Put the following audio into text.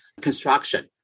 construction